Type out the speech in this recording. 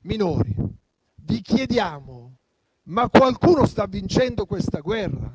minori. Vi chiediamo: qualcuno sta vincendo questa guerra?